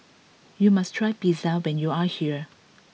you must try Pizza when you are here